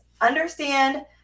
understand